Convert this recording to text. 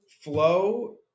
flow